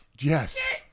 Yes